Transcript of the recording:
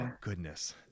goodness